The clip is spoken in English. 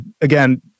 again